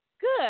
good